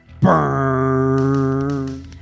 Burn